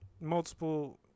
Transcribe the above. multiple